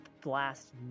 blast